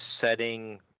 setting